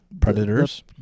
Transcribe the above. Predators